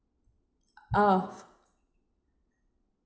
out of